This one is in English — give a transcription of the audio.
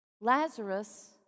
Lazarus